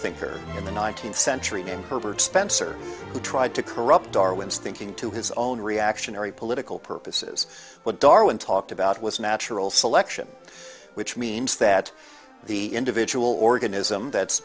the nineteenth century and herbert spencer who tried to corrupt darwin's thinking to his own reactionary political purposes what darwin talked about was natural selection which means that the individual organism that's